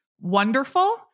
wonderful